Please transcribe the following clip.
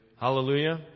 hallelujah